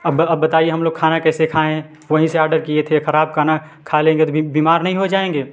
अब अब बताइए हम लोग खाना कैसे खाएँ वहीं से आडर किए थे ख़राब खाना खा लेंगे तो फिर बीमार नहीं हो जाएंगे